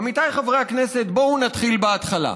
עמיתיי חברי הכנסת, בואו נתחיל בהתחלה.